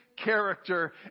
Character